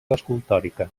escultòrica